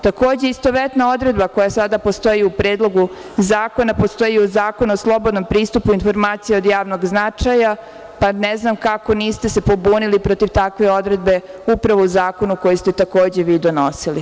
Takođe, istovetna odredba koja sada postoji u predlogu zakona, postoji i u Zakonu o slobodnom pristupu informacija od javnog značaja, Ne znam kako se niste pobunili protiv takve odredbe upravo u zakonu koji ste takođe vi donosili.